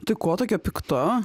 tai ko tokia pikta